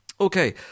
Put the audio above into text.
Okay